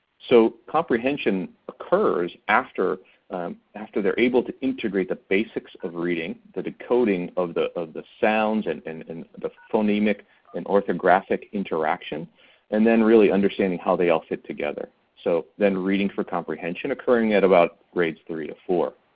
so comprehension occurs after after they're able to integrate the basics of reading, the decoding of the of the sounds and and and the phonemic and orthographic interaction and then really understanding how they all fit together. so then reading for comprehension occurring at about grades three to four.